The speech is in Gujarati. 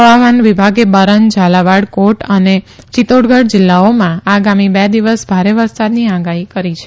હવામાન વિભાગે બરન ઝાલાવાડ કોટ અને ચિતોડગઢ જીલ્લાઓમાં આગામી બે દિવસ ભારે વરસાદની આગાઠી કરી છે